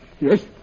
Yes